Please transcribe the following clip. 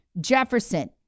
Jefferson